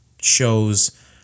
shows